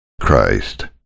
Christ